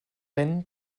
wenn